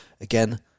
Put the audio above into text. again